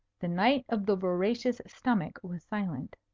the knight of the voracious stomach was silent.